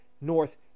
north